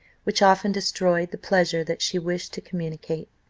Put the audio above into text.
which often destroyed the pleasure that she wished to communicate.